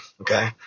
Okay